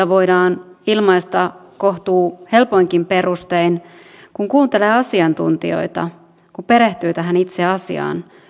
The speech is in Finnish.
voidaan ilmaista kohtuu helpoinkin perustein mutta kun kuuntelee asiantuntijoita kun perehtyy tähän itse asiaan